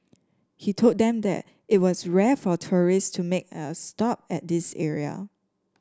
he told them that it was rare for tourists to make a stop at this area